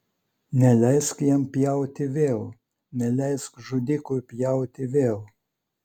neleisk jam pjauti vėl neleisk žudikui pjauti vėl